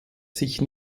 sich